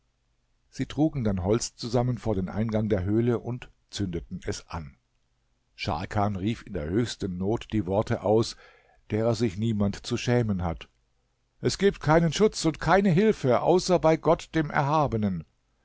sie trugen dann holz zusammen vor den eingang der höhle und zündeten es an scharkan rief in der höchsten not die worte aus deren sich niemand zu schämen hat es gibt keinen schutz und keine hilfe außer bei gott dem erhabenen